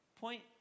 Point